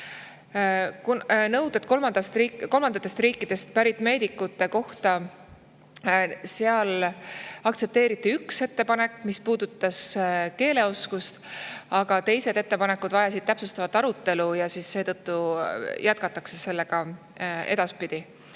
Nõuded kolmandatest riikidest pärit meedikutele – aktsepteeriti üks ettepanek, see puudutas keeleoskust, aga teised ettepanekud vajasid täpsustavat arutelu, seetõttu jätkatakse nendega edaspidi.